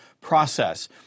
process